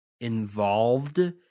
involved